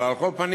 אבל על כל פנים,